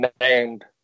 named